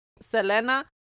Selena